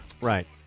Right